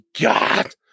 God